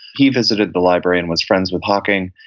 he visited the library and was friends with hocking,